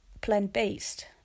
plant-based